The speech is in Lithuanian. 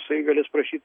jisai galės prašyt